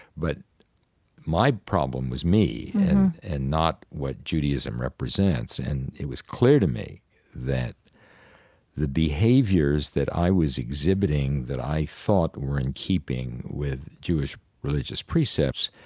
but my problem was me and not what judaism represents and it was clear to me that the behaviors that i was exhibiting, that i thought were in keeping with jewish religious precepts,